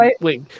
Wait